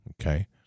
Okay